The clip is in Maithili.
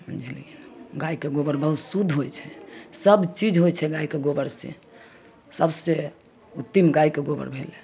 बुझलिए गाइके गोबर बहुत शुद्ध होइ छै सबचीज होइ छै गाइके गोबरसँ सबसँ उत्तम गाइके गोबर भेलै